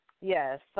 Yes